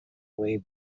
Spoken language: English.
way